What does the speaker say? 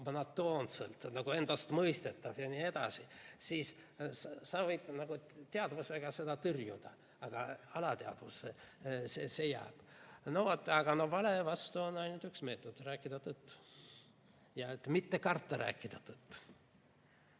monotoonselt, nagu endastmõistetavalt ja nii edasi, siis sa võid seda küll teadvusega tõrjuda, aga alateadvusse see jääb. No vot. Aga vale vastu on ainult üks meetod: rääkida tõtt ja mitte karta rääkida tõtt.